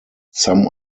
some